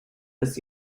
this